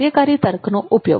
કાર્યકારી તર્કનો ઉપયોગ